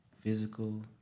physical